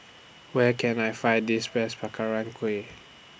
Where Can I Find This Best Kueh